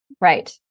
Right